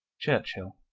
churchhill.